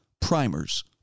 primers